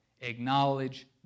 Acknowledge